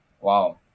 Wow